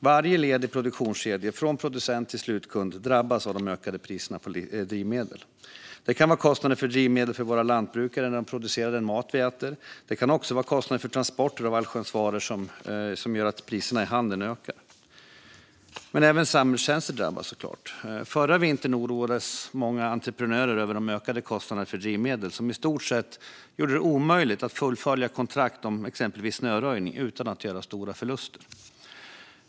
Varje led i produktionskedjor, från producent till slutkund, drabbas av de ökade priserna på drivmedel. Det kan vara kostnader för drivmedel för våra lantbrukare när de producerar den mat vi äter. Det kan också vara kostnader för transport av allsköns varor som gör att priserna i handeln ökar. Men även samhällstjänster drabbas. Förra vintern oroades många entreprenörer över de ökade kostnaderna för drivmedel, som i stort sett gjorde det omöjligt att fullfölja kontrakt gällande exempelvis snöröjning utan att göra stora förluster.